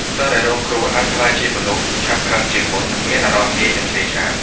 សិស្សដែលរងគ្រោះអាចក្លាយជាមនុស្ស ឆាប់ខឹង ជាងមុន និងមានអារម្មណ៍ងាយនឹងឆេវឆាវ។